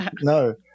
no